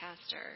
Pastor